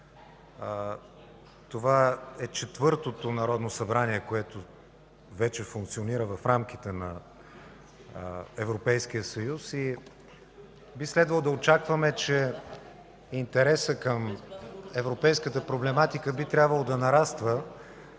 това е четвъртото Народно събрание, което функционира вече в рамките на Европейския съюз и би следвало да очакваме, че интересът към европейската проблематика би трябвало да нараства,